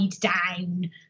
down